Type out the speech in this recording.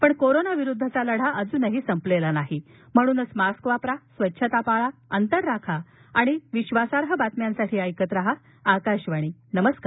पण कोरोना विरुद्धचा लढा संपलेला नाही म्हणूनच मास्क वापरा स्वच्छता पाळा अंतर राखा आणि विक्षासार्ह बातम्यांसाठी ऐकत रहा आकाशवाणी नमस्कार